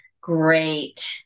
great